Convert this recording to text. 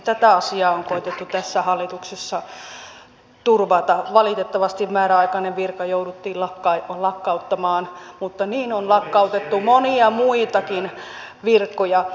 tätä asiaa on koetettu tässä hallituksen esityksessä turvata valitettavasti määräaikainen virka jouduttiin lakkauttamaan mutta niin on lakkautettu monia muitakin virkoja